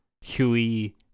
huey